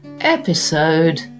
Episode